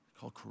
Called